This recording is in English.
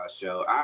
show